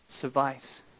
survives